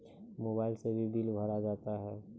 Mobile से भी bill भरा जाता हैं?